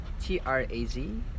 T-R-A-Z